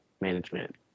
management